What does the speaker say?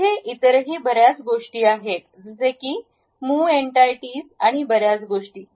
इथे इतरही बर्याच गोष्टी आहेत जसे की मूव एनटायटीज आणि बर्याच गोष्टी